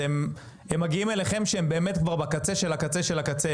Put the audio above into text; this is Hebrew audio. הם מגיעים אליהם כשהם באמת כבר בקצה של הקצה של הקצה.